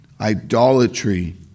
idolatry